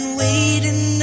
waiting